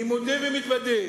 אני מודה ומתוודה.